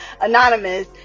anonymous